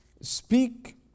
Speak